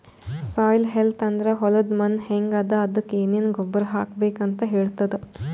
soil health ಅಂದ್ರ ಹೊಲದ್ ಮಣ್ಣ್ ಹೆಂಗ್ ಅದಾ ಅದಕ್ಕ್ ಏನೆನ್ ಗೊಬ್ಬರ್ ಹಾಕ್ಬೇಕ್ ಅಂತ್ ಹೇಳ್ತದ್